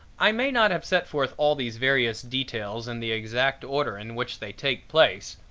i may not have set forth all these various details in the exact order in which they take place,